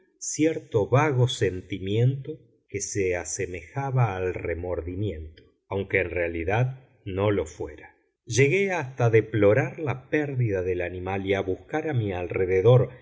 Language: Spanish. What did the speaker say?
cierto vago sentimiento que se asemejaba al remordimiento aunque en realidad no lo fuera llegué hasta deplorar la pérdida del animal y a buscar a mi alrededor